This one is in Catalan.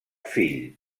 fill